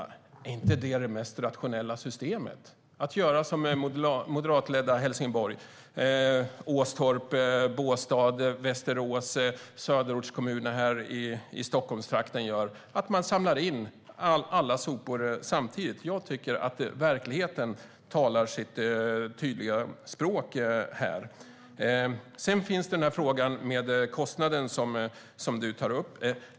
Är inte det mest rationella systemet att göra som man gör i moderatledda Helsingborg och i Åstorp, Båstad, Västerås och söderortskommunerna i Stockholmstrakten, nämligen samla in alla sopor samtidigt? Jag tycker att verkligheten talar sitt tydliga språk här. Sedan finns frågan om kostnaden, som du tar upp.